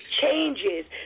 changes